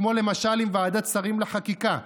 כמו למשל עם ועדת שרים לחקיקה,